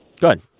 Good